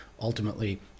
ultimately